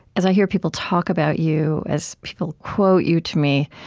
as i hear people talk about you, as people quote you to me.